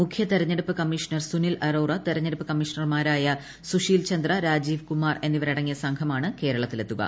മുഖ്യ തെരഞ്ഞെടുപ്പ് കമ്മീഷണർ സുനിൽ അറോറ തെരുഞ്ഞെടുപ്പ് കമ്മീഷണർമാരായ സുശീൽ ചന്ദ്ര രാജീവ് കുമാർ എന്നിവരടങ്ങിയ സംഘമാണ് കേരളത്തിലെത്തുക